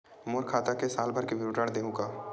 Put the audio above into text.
मोर खाता के साल भर के विवरण देहू का?